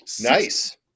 Nice